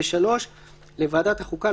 3. לוועדת החוקה,